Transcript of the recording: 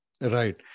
Right